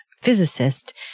physicist